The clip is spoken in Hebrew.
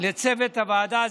לצוות הוועדה.